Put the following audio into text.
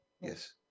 Yes